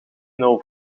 nul